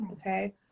okay